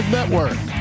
Network